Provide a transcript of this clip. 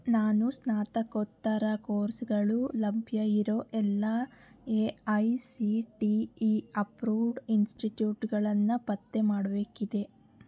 ನಾನು ಸ್ನಾತಕೋತ್ತರ ಕೋರ್ಸ್ಗಳು ಲಭ್ಯ ಇರೋ ಎಲ್ಲ A I C T E approved ಇನ್ಸ್ಟಿಟ್ಯೂಟ್ಗಳನ್ನು ಪತ್ತೆ ಮಾಡಬೇಕಿದೆ